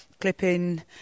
clipping